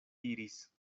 diris